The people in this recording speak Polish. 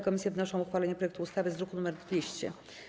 Komisje wnoszą o uchwalenie projektu ustawy z druku nr 200.